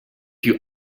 you